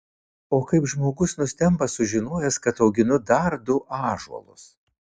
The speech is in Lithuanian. o kaip žmogus nustemba sužinojęs kad auginu dar du ąžuolus